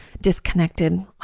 disconnected